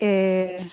ए